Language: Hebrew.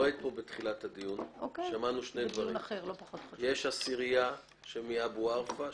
חושב בדיוק כמוך שזה לא מספיק, שצריך לבטל את